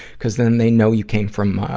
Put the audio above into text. cuz then they know you came from, ah,